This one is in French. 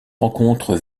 rencontre